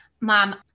mom